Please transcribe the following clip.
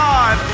God